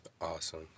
Awesome